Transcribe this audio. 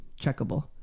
checkable